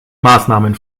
maßnahmen